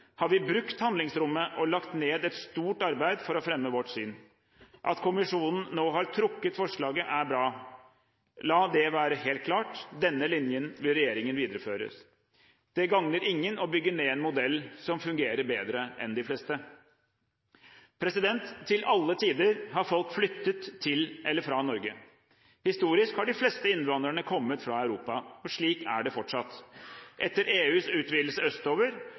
har vi brukt handlingsrommet og lagt ned et stort arbeid for å fremme vårt syn. At kommisjonen nå har trukket forslaget, er bra. La det være helt klart: Denne linjen vil regjeringen videreføre. Det gagner ingen å bygge ned en modell som fungerer bedre enn de fleste. Til alle tider har folk flyttet til eller fra Norge. Historisk har de fleste innvandrere kommet fra Europa. Slik er det fortsatt. Etter EUs utvidelse østover